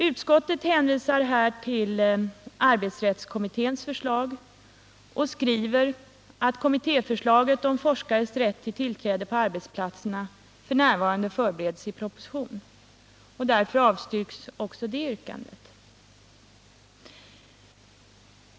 Utskottet hänvisar till arbetsrättskommitténs förslag och skriver att kommittéförslaget om forskares 'rätt till tillträde på arbetsplatserna f.n. förbereds i proposition. Därför avstyrks också det yrkandet.